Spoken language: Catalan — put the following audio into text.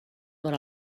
per